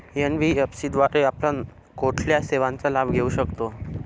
NBFC द्वारे आपण कुठल्या सेवांचा लाभ घेऊ शकतो?